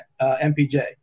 MPJ